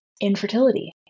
infertility